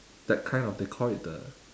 that kind of they call it the